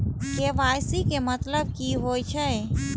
KYC के मतलब कि होई छै?